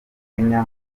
kenya